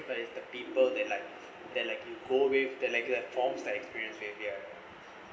but it's the people that like that like you go with the like that forms like experience with you